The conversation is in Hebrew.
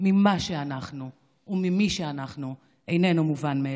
ממה שאנחנו וממי שאנחנו איננו מובן מאליו.